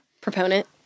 proponent